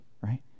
right